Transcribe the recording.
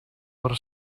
per